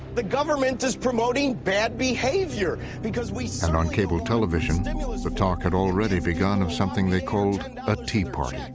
the government is promoting bad behavior, because we. narrator and on cable television, the talk had already begun of something they called and a tea party.